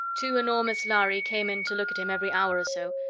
two enormous lhari came in to look at him every hour or so,